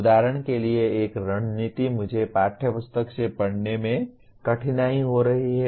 उदाहरण के लिए एक रणनीति मुझे पाठ्यपुस्तक से पढ़ने में कठिनाई हो रही है